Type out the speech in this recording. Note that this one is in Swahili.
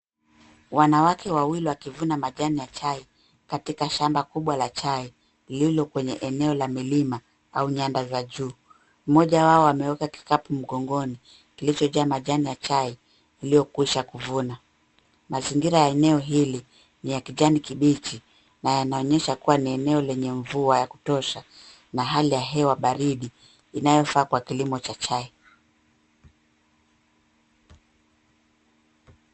Wanawake wawili wakivuna majani ya chai katika shamba kubwa la chai lililo kwenye eneo la milima au nyanda za juu. Mmoja wao ameweka kikapu mgongoni kilichojaa majani ya chai aliyokwisha kuvuna. Mazingira ya eneo hili ni ya kijani kibichi na yanaonyesha kuwa ni eneo lenye mvua ya kutosha na hali ya hewa baridi inayofaa kwa kilimo cha chai.